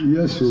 Yes